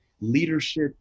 leadership